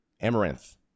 Amaranth